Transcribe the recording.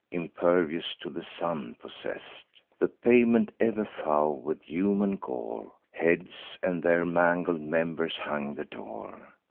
impervious to the sun, possess'd. the pavement ever foul with human gore heads, and their mangled members, hung the door.